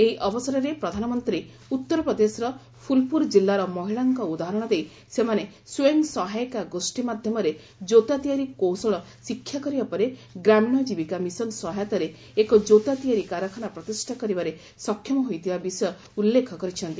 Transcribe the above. ଏହି ଅବସରରେ ପ୍ରଧାନମନ୍ତୀ ଉତ୍ତର ପ୍ରଦେଶର ଫୁଲପୁର ଜିଲ୍ଲାର ମହିଳାଙ୍କ ଉଦାହରଣ ଦେଇ ସେମାନେ ସ୍ୱୟଂ ସହାୟିକା ଗୋଷୀ ମାଧ୍ଧମରେ କୋତା ତିଆରି କୌଶଳ ଶିକ୍ଷାକରିବା ପରେ ଗ୍ରାମୀଣ ଆଜିବିକା ମିଶନ ସହାୟତାରେ ଏକ ଜୋତା ତିଆରି କାରଖାନା ପ୍ରତିଷା କରିବାରେ ସକ୍ଷମ ହୋଇଥିବା ବିଷୟ ଉଲ୍ଲେଖ କରିଛନ୍ତି